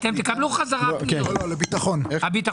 תקבלו חזרה פניות, הביטחון.